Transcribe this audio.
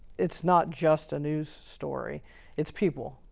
it's not just a news story it's people,